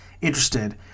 interested